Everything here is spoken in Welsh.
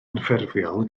anffurfiol